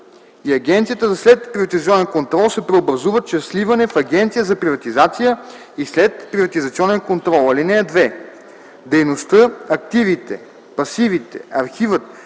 и Агенцията за следприватизационен контрол се преобразуват чрез сливане в Агенция за приватизация и следприватизационен контрол. (2) Дейността, активите, пасивите, архивът,